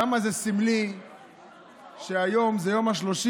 כמה זה סמלי שהיום זה יום השלושים